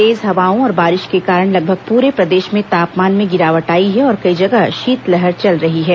तेज हवाओं और बारिश के कारण लगभग पूरे प्रदेश में तापमान में गिरावट आई है और कई जगह शीतलहर चल रही है